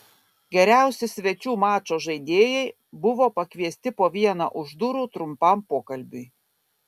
geriausi svečių mačo žaidėjai buvo pakviesti po vieną už durų trumpam pokalbiui